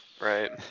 Right